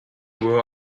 were